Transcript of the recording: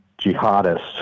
jihadists